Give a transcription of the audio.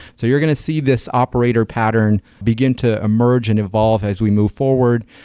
so you're going to see this operator pattern begin to emerge and evolve as we move forward.